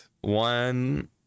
one